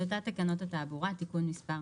טיוטת תקנות התעבורה (תיקון מס'...),